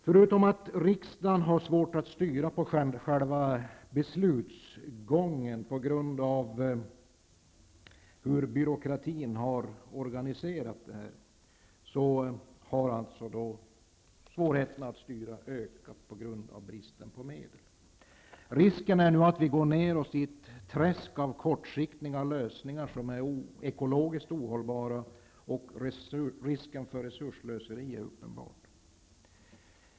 Förutom att riksdagen har svårt att styra själva beslutsgången på grund av hur byråkratin har organiserat detta har svårigheterna att styra ökat på grund av bristen på medel. Risken är att vi nu går ned oss i ett träsk av kortsiktiga lösningar som är ekologiskt ohållbara, och risken för resursslöseri är uppenbar.